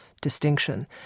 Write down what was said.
distinction